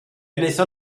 wnaethon